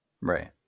Right